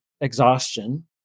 exhaustion